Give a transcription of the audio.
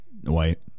White